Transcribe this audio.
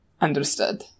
Understood